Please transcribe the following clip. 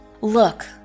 Look